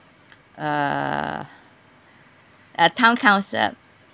err uh town council